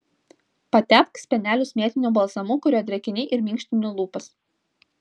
patepk spenelius mėtiniu balzamu kuriuo drėkini ir minkštini lūpas